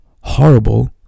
horrible